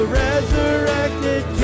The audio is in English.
resurrected